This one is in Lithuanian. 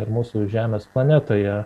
ir mūsų žemės planetoje